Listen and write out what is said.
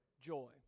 Joy